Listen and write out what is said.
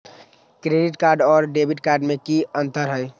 Credit card और debit card में की अंतर हई?